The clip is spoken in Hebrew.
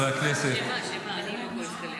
חברי הכנסת, חבר הכנסת.